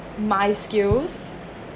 my skills